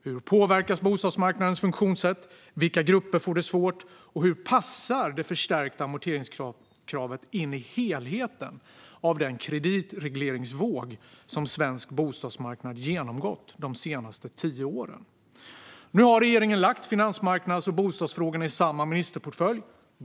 Hur påverkas bostadsmarknadens funktionssätt, vilka grupper får det svårt och hur passar det förstärkta amorteringskravet in i helheten av den kreditregleringsvåg som svensk bostadsmarknad genomgått de senaste tio åren? Nu har regeringen lagt finansmarknads och bostadsfrågorna i samma ministerportfölj.